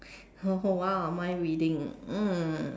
oh !wow! mind reading mm